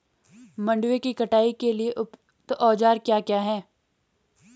मंडवे की कटाई के लिए उपयुक्त औज़ार क्या क्या हैं?